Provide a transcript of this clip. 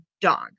dog